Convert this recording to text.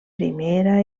primera